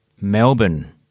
Melbourne